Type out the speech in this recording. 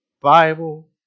Bible